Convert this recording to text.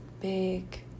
big